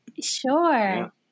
Sure